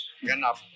ganap